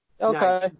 Okay